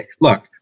look